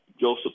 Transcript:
Joseph